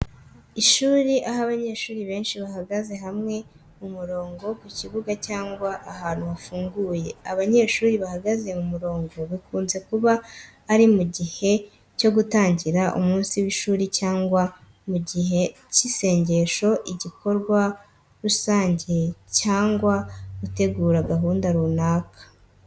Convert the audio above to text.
Ishuri aho abanyeshuri benshi bahagaze hamwe mu murongo ku kibuga cyangwa ahantu hafunguye. Abanyeshuri bahagaze mu murongo bikunze kuba ari mu gihe cyo gutangira umunsi w’ishuri cyangwa mu gihe cy’isengesho igikorwa rusange cyangwa gutegura gahunda runaka.